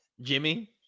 Jimmy